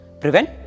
prevent